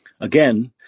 Again